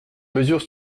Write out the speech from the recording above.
mesures